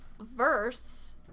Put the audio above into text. verse